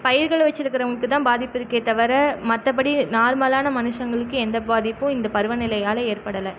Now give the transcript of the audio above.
பயிர்களை வச்சுருக்கிறவங்களுக்கு தான் பாதிப்பு இருக்கே தவிர மற்றபடி நார்மலான மனுஷங்களுக்கு எந்த பாதிப்பும் இந்த பருவ நிலையால் ஏற்படலை